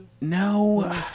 No